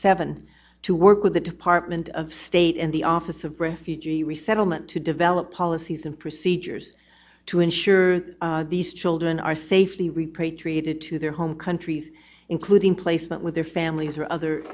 seven to work with the department of state and the office of refugee resettlement to develop policies and procedures to ensure that these children are safely repatriated to their home countries including placement with their families or other